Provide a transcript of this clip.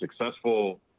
successful